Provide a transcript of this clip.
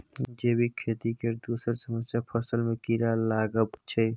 जैबिक खेती केर दोसर समस्या फसल मे कीरा लागब छै